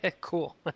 Cool